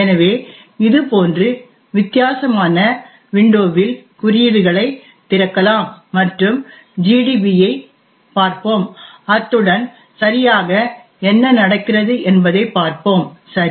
எனவே இது போன்று வித்தியாசமான வின்டோவில் குறியீடுகளை திறக்கலாம் மற்றும் ஜிடிபி யைப் பார்போம் அத்துடன் சரியாக என்ன நடக்கிறது என்பதைப் பார்ப்போம் சரி